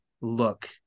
look